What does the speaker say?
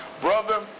brother